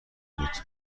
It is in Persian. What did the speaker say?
بود